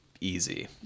easy